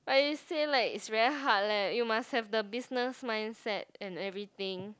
but you say like it's very hard leh you must have the business mindset and everything